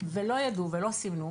ולא ידעו ולא סימנו,